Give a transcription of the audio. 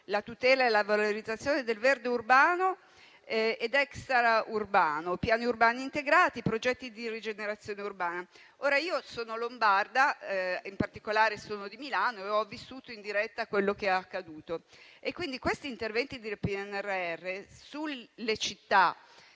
la tutela e la valorizzazione del verde urbano ed extraurbano; piani urbani integrati; progetti di rigenerazione urbana. Io sono lombarda, in particolare sono di Milano e ho vissuto in diretta quello che è accaduto. Questi interventi del PNRR, su città